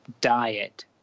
diet